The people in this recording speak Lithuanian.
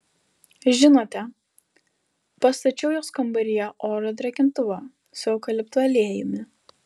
žinote pastačiau jos kambaryje oro drėkintuvą su eukaliptų aliejumi